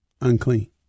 unclean